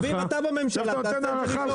אביר, אתה בממשלה, תעשה את זה ראשון.